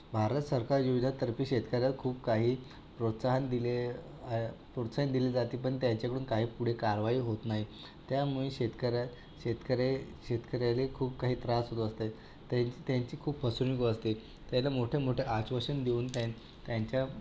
भारत सरकार योजना तर्फे शेतकऱ्यास खूप काही प्रोत्साहन दिले आहे प्रोत्साहन दिले जाते पण त्यांच्याकडून काही पुढे कारवाई होत नाही त्यामुळे शेतकऱ्या शेतकरे शेतकऱ्यायले खूप काही त्रास होत असते त्यां त्यांची खूप फसवणूक होत असते त्याला मोठ्या मोठ्या आश्वासन देऊन त्यानं त्यांच्या